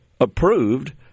approved